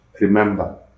remember